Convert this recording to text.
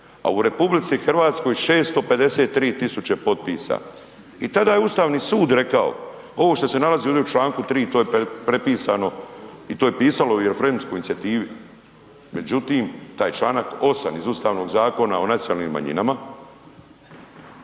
a u RH 653.000 potpisa i tada je Ustavni sud rekao ovo što se nalazi ovde u Članku 3. to je prepisano i to je pisalo i u referendumskoj inicijativi, međutim taj Članak 8. iz Ustavnog zakona o nacionalnim manjinama